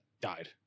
died